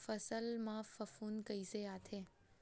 फसल मा फफूंद कइसे आथे?